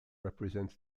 represent